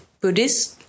Buddhist